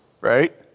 right